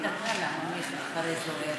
להנמיך אחרי זוהיר.